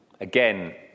Again